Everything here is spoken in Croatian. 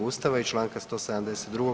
Ustava i Članka 172.